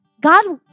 God